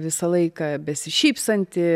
visą laiką besišypsanti